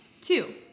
two